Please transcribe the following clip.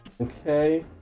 okay